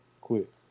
quit